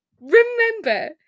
remember